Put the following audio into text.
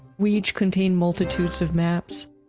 we each contain multitudes of maps